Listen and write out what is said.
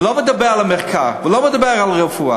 אני לא מדבר על המחקר, אני לא מדבר על רפואה.